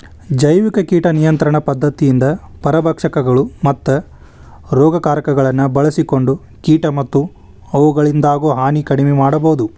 ಜೈವಿಕ ಕೇಟ ನಿಯಂತ್ರಣ ಪದ್ಧತಿಯಿಂದ ಪರಭಕ್ಷಕಗಳು, ಮತ್ತ ರೋಗಕಾರಕಗಳನ್ನ ಬಳ್ಸಿಕೊಂಡ ಕೇಟ ಮತ್ತ ಅವುಗಳಿಂದಾಗೋ ಹಾನಿ ಕಡಿಮೆ ಮಾಡಬೋದು